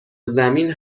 زمین